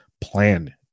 plan